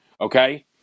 Okay